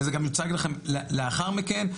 וזה גם יוצג לכם לאחר מכן,